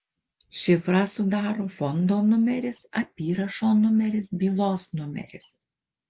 šifrą sudaro fondo numeris apyrašo numeris bylos numeris